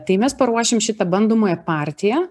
tai mes paruošim šitą bandomąją partiją